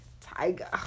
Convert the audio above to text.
Tiger